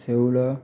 ଶେଉଳ